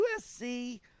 USC